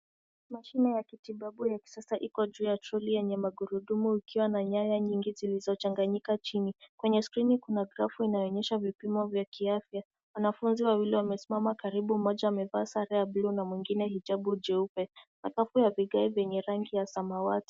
Mashine ya kitibabu ya kisasa iko juu ya troli yenye magurudumu ikiwa na nyaya nyingi zilizochanganyika chini. Kwenye skrini Kuna grafu inayoonyesha vipimo vya kiafya .Wanafunzi wawili wamesima karibu, mmoja amevaasare ya buluu na mwingine hijabu jeupe. Sakafu ya vigae yenye rangi ya samawati.